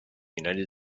united